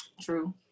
true